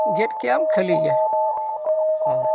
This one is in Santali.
ᱜᱮᱛ ᱠᱮᱜ ᱟᱢ ᱠᱷᱟᱹᱞᱤ ᱜᱮ ᱦᱮᱸ